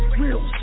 real